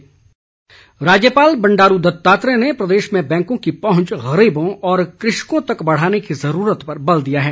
राज्यपाल राज्यपाल बंडारू दत्तात्रेय ने प्रदेश में बैंकों की पहुंच गरीबों और कृषकों तक बढ़ाने की ज़रूरत पर बल दिया है